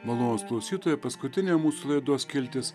malonūs klausytojai paskutinė mūsų laidos skiltis